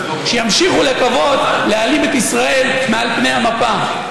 שימשיכו לקוות להעלים את ישראל מעל פני המפה.